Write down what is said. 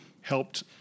helped